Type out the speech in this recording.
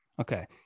Okay